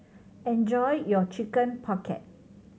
enjoy your Chicken Pocket